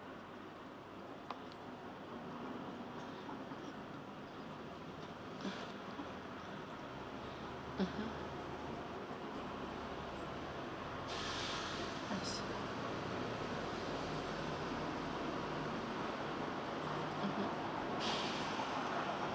mmhmm I see mmhmm